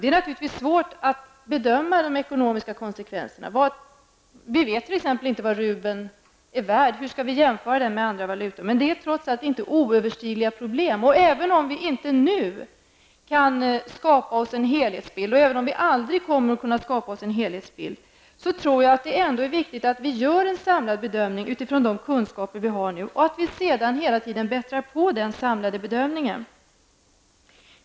Det är naturligtvis svårt att bedöma de ekonomiska konsekvenserna. Vi vet t.ex. inte vad rubeln är värd och hur den skall jämföras med andra valutor, men dessa problem är trots allt inte oöverstigliga. Även om vi inte nu -- eller aldrig -- kan skapa oss en helhetsbild, är det ändå viktigt att det görs en samlad bedömning på basis av de kunskaper som finns. Sedan kan denna samlade bedömning kompletteras.